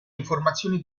informazioni